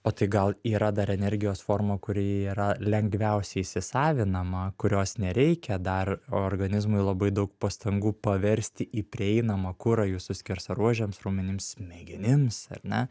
o tai gal yra dar energijos forma kuri yra lengviausiai įsisavinama kurios nereikia dar organizmui labai daug pastangų paversti į prieinamą kurą jūsų skersaruožiams raumenims smegenims ar ne